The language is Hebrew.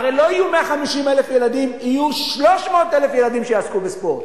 הרי לא יהיו 150,000 ילדים אלא 300,000 ילדים שיעסקו בספורט.